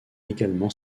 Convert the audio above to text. également